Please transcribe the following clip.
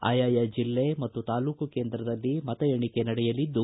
ಆಯಾಯ ಜಿಲ್ಲೆ ಮತ್ತು ತಾಲೂಕು ಕೇಂದ್ರದಲ್ಲಿ ಮತ ಎಣಿಕೆ ನಡೆಯಲಿದ್ದು